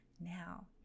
now